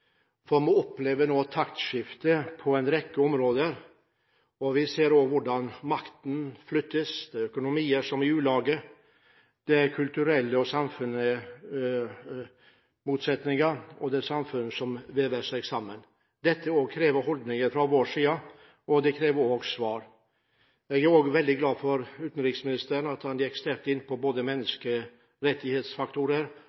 for vi opplever nå et taktskifte på en rekke områder, og vi ser også hvordan makten flyttes til økonomier som er i ulage, der det er kulturelle og samfunnsmessige motsetninger, og der samfunn vever seg sammen. Dette krever holdninger fra vår side, og det krever også svar. Jeg er også veldig glad for at utenriksministeren gikk sterkt inn på både